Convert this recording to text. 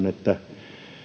että